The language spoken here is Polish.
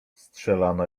strzelano